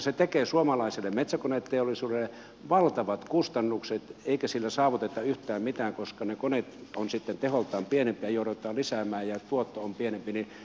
se tekee suomalaiselle metsäkoneteollisuudelle valtavat kustannukset eikä sillä saavuteta yhtään mitään koska ne koneet ovat sitten teholtaan pienempiä ja joudutaan lisäämään ja tuotto on pienempi